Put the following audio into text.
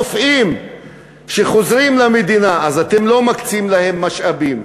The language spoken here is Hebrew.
הרופאים שחוזרים למדינה, אתם לא מקצים להם משאבים.